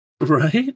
Right